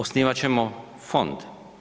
Osnivat ćemo fond.